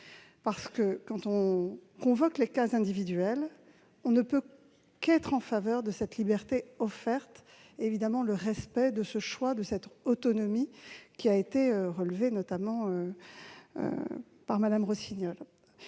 Lorsque l'on évoque les cas individuels, on ne peut qu'être en faveur de cette liberté offerte, on ne peut que respecter ce choix, cette autonomie, qui a été relevée, notamment par Mme Rossignol.